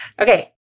Okay